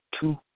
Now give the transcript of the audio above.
two